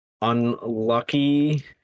unlucky